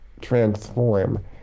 transform